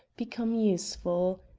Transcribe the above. become useful.